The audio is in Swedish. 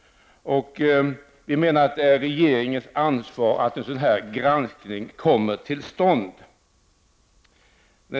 Det är regeringens ansvar att en sådan granskning kommer till stånd.